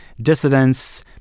dissidents